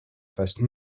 face